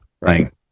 Right